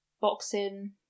boxing